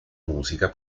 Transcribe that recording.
musica